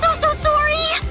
so so sorry!